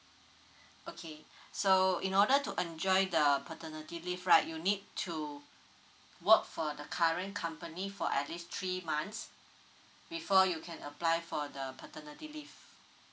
okay so in order to enjoy the paternity leave right you'll need to work for the current company for at least three months before you can apply for the paternity leave